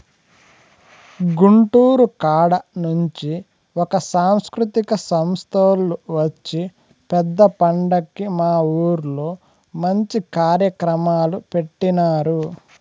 గుంటూరు కాడ నుంచి ఒక సాంస్కృతిక సంస్తోల్లు వచ్చి పెద్ద పండక్కి మా ఊర్లో మంచి కార్యక్రమాలు పెట్టినారు